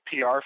PR